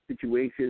situations